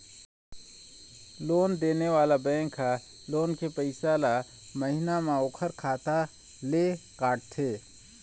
loan देने वाला bank ह लोन के पइसा ल महिना म ओखर खाता ले काटथे